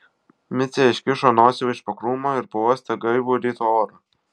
micė iškišo nosį iš po krūmo ir pauostė gaivų ryto orą